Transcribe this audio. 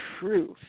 truth